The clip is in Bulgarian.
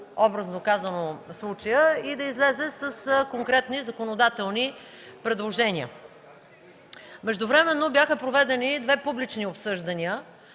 Междувременно бяха проведени две публични обсъждания